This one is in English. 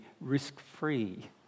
risk-free